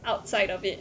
outside of it